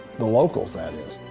the locals that is.